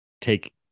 take